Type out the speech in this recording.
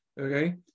okay